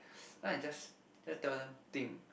then I just just tell them think